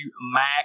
Mac